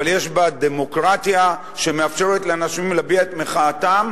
אבל יש בה דמוקרטיה שמאפשרת לאנשים להביע את מחאתם,